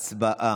הצבעה.